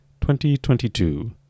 2022